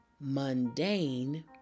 mundane